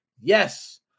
yes